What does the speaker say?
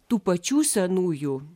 tų pačių senųjų